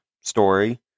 story